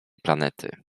planety